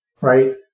right